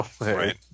Right